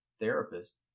therapist